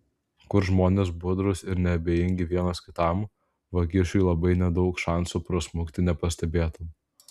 kur žmonės budrūs ir neabejingi vienas kitam vagišiui labai nedaug šansų prasmukti nepastebėtam